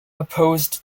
opposed